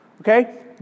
Okay